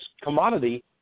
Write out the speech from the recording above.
commodity